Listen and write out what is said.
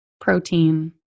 protein